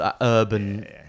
urban